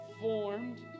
formed